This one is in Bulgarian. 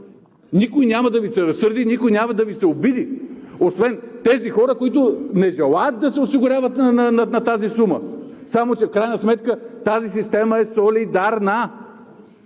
Никой няма да Ви се разсърди, никой няма да Ви се обиди освен хората, които не желаят да се осигуряват на тази сума. Само че в крайна сметка тази система е солидарна,